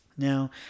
now